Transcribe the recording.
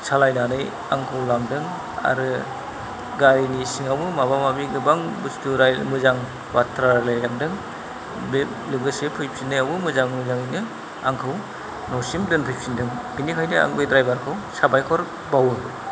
सालायनानै आंखौ लांदों आरो गारिनि सिङावबो माबा माबि गोबां बस्थु राय मोजां बाथ्रा रायलायलांदों बे लोगोसे फैफिननायावबो मोजां मोजाङैनो आंखौ न सिम दोनफैफिनदों बेनिखायनो आं बै ड्रायभार खौ साबायखर बावो